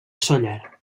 sóller